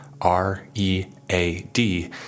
R-E-A-D